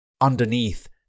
Underneath